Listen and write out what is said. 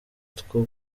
two